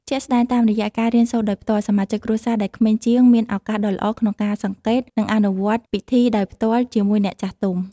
ជាក់ស្តែង តាមរយៈ ការរៀនសូត្រដោយផ្ទាល់ សមាជិកគ្រួសារដែលក្មេងជាង មានឱកាសដ៏ល្អក្នុងការសង្កេត និងអនុវត្តពិធីដោយផ្ទាល់ជាមួយអ្នកចាស់ទុំ។